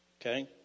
Okay